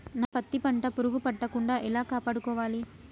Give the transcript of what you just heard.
నా పత్తి పంట పురుగు పట్టకుండా ఎలా కాపాడుకోవాలి?